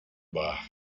bar